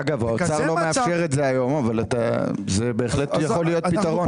זה בהחלט יכול להיות פתרון.